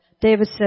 David